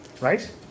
Right